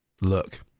look